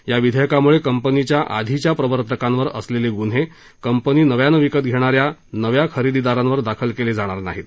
या विधेयकाम्ळं कंपनीच्या आधीच्या प्रवर्तकांवर असलेले ग्न्हे कंपनी विकत घेणाऱ्या नव्या खरेदीदारांवर दाखल केले जाणार नाहीत